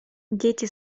дети